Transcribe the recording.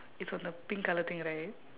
it's on the pink colour thing right